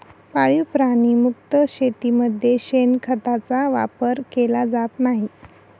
पाळीव प्राणी मुक्त शेतीमध्ये शेणखताचा वापर केला जात नाही